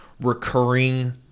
recurring